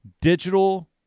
digital